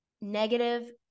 negative